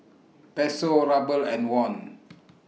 Peso Ruble and Won